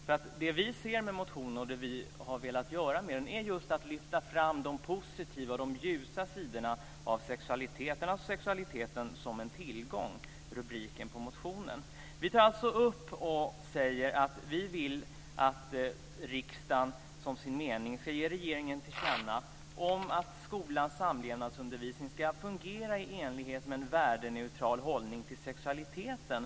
Det som vi avser med motionen, och har velat göra med den, är just att lyfta fram de positiva och ljusa sidorna av sexualiteten - sexualiteten som en tillgång, som rubriken på motionen lyder. Vi tar upp och säger att riksdagen som sin mening ska ge regeringen till känna att skolans samlevnadsundervisning ska fungera i enlighet med en värdeneutral hållning till sexualiteten.